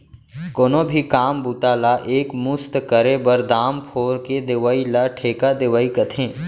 कोनो भी काम बूता ला एक मुस्त करे बर, दाम फोर के देवइ ल ठेका देवई कथें